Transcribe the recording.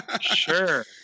Sure